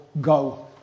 go